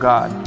God